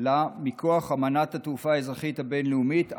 לה מכוח אמנת התעופה האזרחית הבין-לאומית,